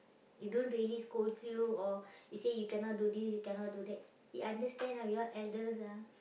he don't really scolds you or he say you cannot do this you cannot do that he understands ah we all elders ah